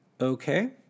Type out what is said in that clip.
okay